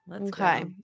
okay